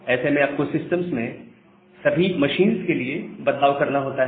ऐसे में आपको सिस्टम्स में सभी मशीन्स के लिए बदलाव करना होता है